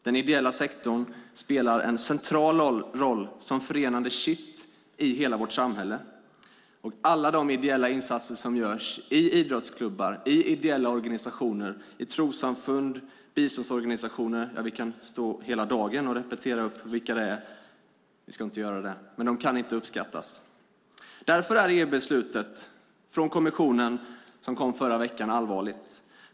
Den ideella sektorn spelar en central roll som förenande kitt i hela vårt samhälle. Alla de ideella insatser som görs i idrottsklubbar, i ideella organisationer, i trossamfund, i biståndsorganisationer - vi kan stå hela dagen och räkna upp vilka det är men jag ska inte göra det - kan inte nog uppskattas. Därför är beslutet från EU-kommissionen som kom förra veckan allvarligt.